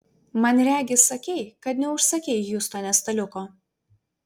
man regis sakei kad neužsakei hjustone staliuko